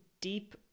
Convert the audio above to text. deep